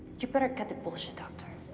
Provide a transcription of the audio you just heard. you better cut the bullshit doctor.